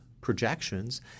projections